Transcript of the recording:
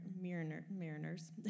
mariners